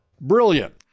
Brilliant